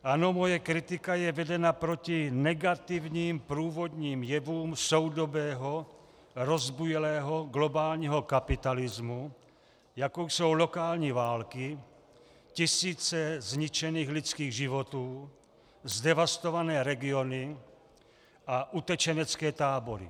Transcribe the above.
Ano, moje kritika je vedena proti negativním průvodním jevům soudobého rozbujelého globálního kapitalismu, jako jsou lokální války, tisíce zničených lidských životů, zdevastované regiony a utečenecké tábory.